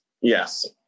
Yes